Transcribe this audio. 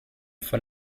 von